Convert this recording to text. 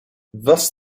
thus